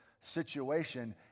situation